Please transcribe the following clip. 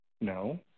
No